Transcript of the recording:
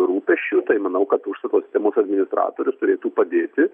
rūpesčių tai manau kad užstato sistemos administratorius turėtų padėti